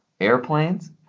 airplanes